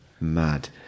mad